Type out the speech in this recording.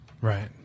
Right